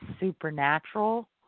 supernatural